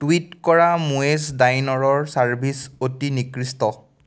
tweet কৰা মোয়েজ ডাইন'ৰৰ চাৰ্ভিছ অতি নিকৃষ্ট